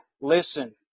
listen